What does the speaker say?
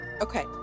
Okay